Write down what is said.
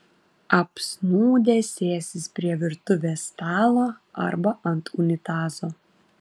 apsnūdę sėsis prie virtuvės stalo arba ant unitazo